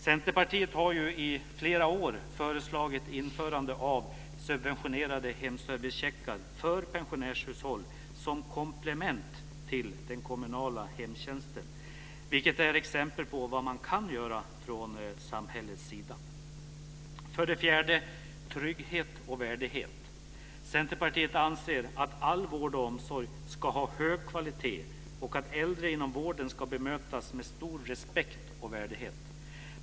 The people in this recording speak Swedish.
Centerpartiet har ju i flera år föreslagit införande av subventionerade hemservicecheckar för pensionsärshushåll som komplement till den kommunala hemtjänsten, vilket är exempel på vad man kan göra från samhällets sida. För det fjärde: Trygghet och värdighet. Centerpartiet anser att all vård och omsorg ska ha hög kvalitet och att äldre inom vården ska bemötas med stor respekt och värdighet.